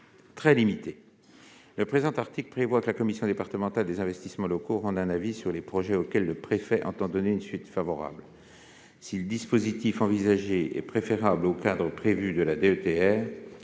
très limité. Le présent article prévoit que la commission départementale des investissements locaux rende un avis sur les projets auxquels le préfet entend donner une suite favorable. Si le dispositif envisagé est préférable au cadre prévu par la DETR-